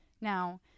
Now